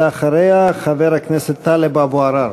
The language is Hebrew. ואחריה, חבר הכנסת טלב אבו עראר.